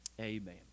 Amen